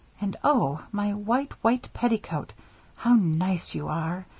and oh! my white, white petticoat how nice you are!